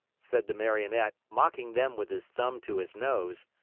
said the marionette, mocking them with his thumb to his nose.